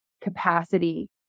capacity